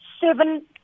seven